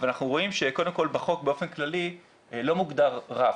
אבל אנחנו רואים שבחוק באופן כללי לא מוגדר רף.